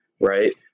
Right